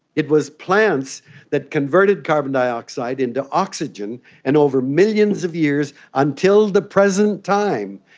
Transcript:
it was plants that converted carbon dioxide into oxygen and over millions of years, until the present time,